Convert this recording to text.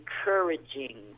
encouraging